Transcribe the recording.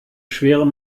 schwere